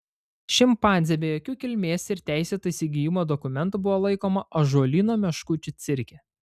šimpanzė be jokių kilmės ir teisėto įsigijimo dokumentų buvo laikoma ąžuolyno meškučių cirke